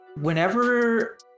Whenever